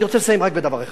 אני רוצה לסיים רק בדבר אחד,